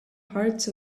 hearts